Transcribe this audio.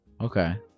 Okay